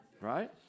right